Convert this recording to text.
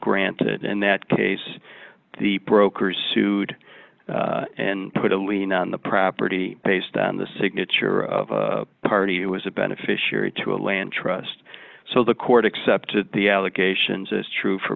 granted and that case the brokers sued and put a lien on the property based on the signature of party it was a beneficiary to a land trust so the court accepted the allegations as true for